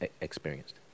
experienced